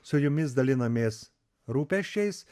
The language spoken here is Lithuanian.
su jumis dalinamės rūpesčiais